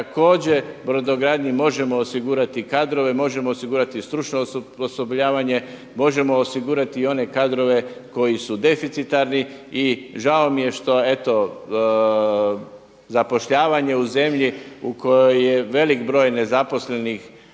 također brodogradnji možemo osigurati kadrove, možemo osigurati stručno osposobljavanje, možemo osigurati i one kadrove koji su deficitarni. I žao mi je što zapošljavanje u zemlji u kojoj je velik broj nezaposlenih